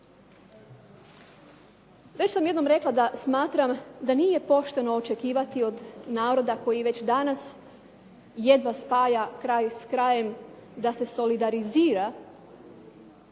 Već sam jednom rekla da smatram da nije pošteno očekivati od naroda koji već danas jedva spaja kraj s krajem da se solidarizira